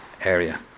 area